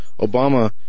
Obama